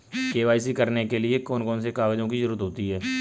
KYC करने के लिए कौन कौन से कागजों की जरूरत होती है?